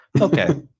Okay